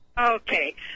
Okay